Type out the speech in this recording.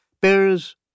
bears